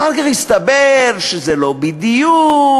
בסופו של עניין.